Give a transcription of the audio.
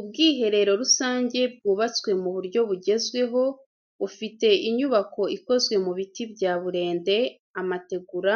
Ubwiherero rusange bwubatswe mu buryo bugezweho, bufite inyubako ikozwe mu biti bya burende, amategura,